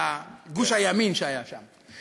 לגוש הימין שהיה שם.